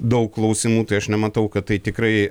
daug klausimų tai aš nematau kad tai tikrai